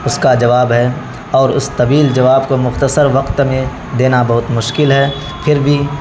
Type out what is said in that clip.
اس کا جواب ہے اور اس طویل جواب کو مختصر وقت میں دینا بہت مشکل ہے پھر بھی